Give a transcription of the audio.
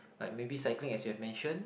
like maybe cycling as you have mention